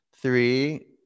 Three